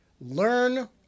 Learn